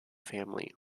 family